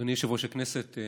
אדוני יושב-ראש הכנסת,